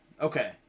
Okay